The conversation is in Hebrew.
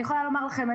אני יכולה לומר לכם,